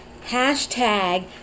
hashtag